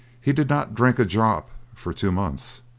he did not drink a drop for two months,